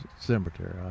cemetery